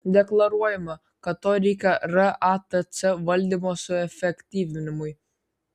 deklaruojama kad to reikia ratc valdymo suefektyvinimui